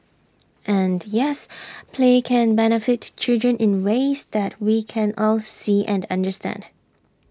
and yes play can benefit children in ways that we can all see and understand